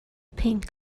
pink